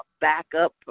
backup